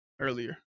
earlier